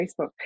Facebook